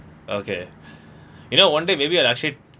okay you know one day maybe I'd actually